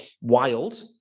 wild